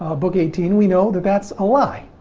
ah book eighteen, we know that that's a lie.